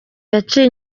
yaciye